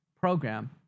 program